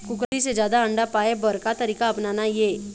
कुकरी से जादा अंडा पाय बर का तरीका अपनाना ये?